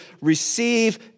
receive